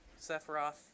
Sephiroth